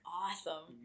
awesome